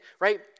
right